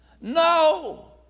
No